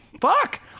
fuck